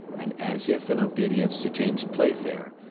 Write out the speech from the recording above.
and as if in obedience to james playfair,